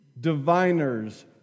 diviners